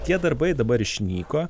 tie darbai dabar išnyko